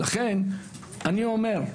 לכן אני אומר,